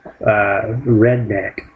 redneck